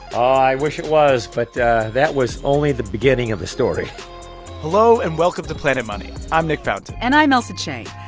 i wish it was, but that was only the beginning of the story hello, and welcome to planet money. i'm nick fountain and i'm ailsa chang.